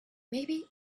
maybe